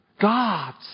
God's